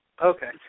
Okay